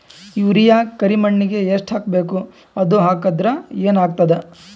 Urea ಕರಿಮಣ್ಣಿಗೆ ಎಷ್ಟ್ ಹಾಕ್ಬೇಕ್, ಅದು ಹಾಕದ್ರ ಏನ್ ಆಗ್ತಾದ?